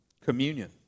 Communion